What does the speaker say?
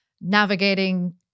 navigating